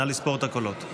נא לספור את הקולות.